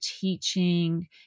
teaching